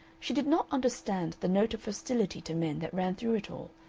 she did not understand the note of hostility to men that ran through it all,